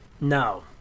No